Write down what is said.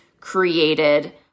created